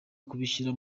kubishyira